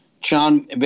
John